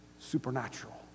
supernatural